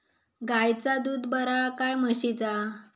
गायचा दूध बरा काय म्हशीचा?